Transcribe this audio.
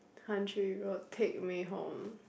Country Road take me home